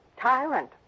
tyrant